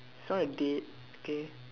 it's not a date K